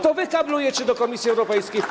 To wy kablujecie do Komisji Europejskiej.